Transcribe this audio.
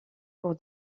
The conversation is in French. pour